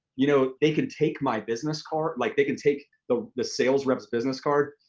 you know they can take my business card, like they can take the the sales rep's business card,